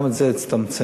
וגם זה הצטמצם.